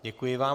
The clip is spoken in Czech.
Děkuji vám.